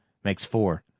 makes four.